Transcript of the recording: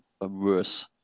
worse